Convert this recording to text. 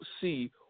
see